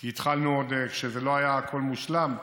כי התחלנו כשלא הכול היה מושלם,